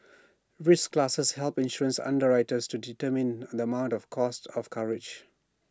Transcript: risk classes help insurance underwriters to determine the amount and cost of coverage